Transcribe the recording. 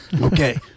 okay